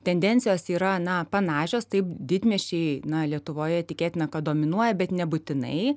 tendencijos yra na panašios taip didmiesčiai na lietuvoje tikėtina kad dominuoja bet nebūtinai